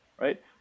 right